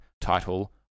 title